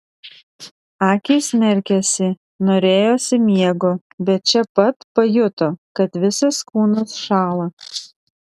akys merkėsi norėjosi miego bet čia pat pajuto kad visas kūnas šąla